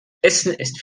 ist